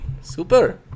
Super